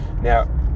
Now